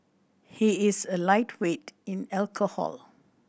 he is a lightweight in alcohol